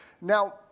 Now